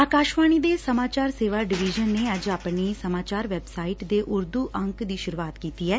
ਆਕਾਸ਼ਵਾਣੀ ਦੇ ਸਮਾਚਾਰ ਸੇਵਾ ਡਵੀਜ਼ਨ ਨੇ ਅੱਜ ਆਪਣੀ ਸਮਾਚਾਰ ਵੈੱਬਸਾਈਟ ਦੇ ਉਰਦੂ ਅੰਕ ਦੀ ਸੁਰੁਆਤ ਕੀਤੀ ਐ